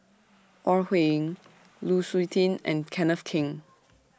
Ore Huiying Lu Suitin and Kenneth Keng